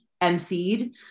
emceed